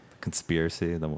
Conspiracy